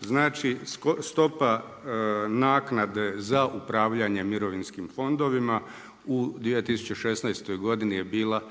Znači stopa naknade za upravljanje mirovinskim fondovima u 2016. godini je bila